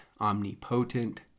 omnipotent